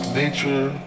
nature